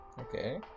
Okay